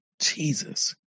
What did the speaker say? Jesus